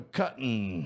cutting